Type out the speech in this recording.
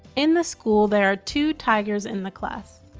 in the school there are two tigers in the class.